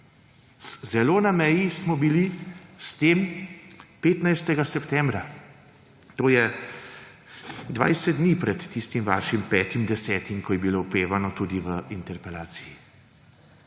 Zelo na meji smo bili s tem 15. septembra, to je 20 dni pred tistim vašim 5. 10., ko je bilo opevano tudi v interpelaciji.